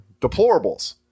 deplorables